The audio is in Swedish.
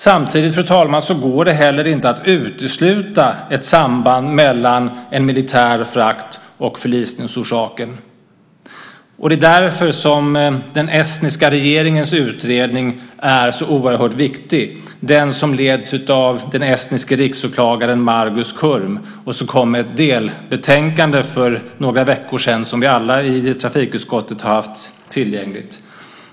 Samtidigt, fru talman, går det heller inte att utesluta ett samband mellan en militär frakt och förlisningsorsaken. Det är därför som den estniska regeringens utredning är så oerhört viktig - den utredning som leds av den estniske riksåklagaren Margus Kurm och som för några veckor sedan kom med ett delbetänkande som alla vi i trafikutskottet har haft tillgängligt.